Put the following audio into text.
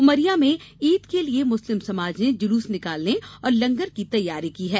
उमरिया में ईद के लिए मुस्लिम समाज ने जुलूस निकालने और लंगर की तैयारी की है